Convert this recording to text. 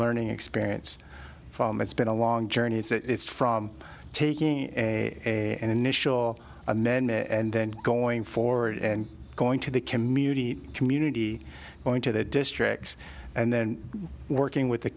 learning experience it's been a long journey it's from taking a initial and then and then going forward and going to the community community going to their districts and then working with the